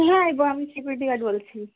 হ্যাঁ security guard বলছি